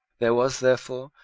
there was, therefore,